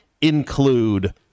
include